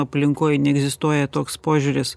aplinkoj neegzistuoja toks požiūris